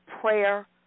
Prayer